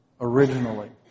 originally